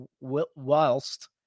whilst